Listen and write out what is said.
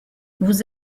vous